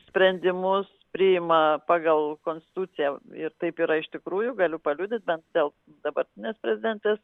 sprendimus priima pagal konstituciją ir taip yra iš tikrųjų galiu paliudyt nes dėl dabartinės prezidentės